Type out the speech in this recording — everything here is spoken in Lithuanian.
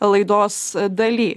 laidos daly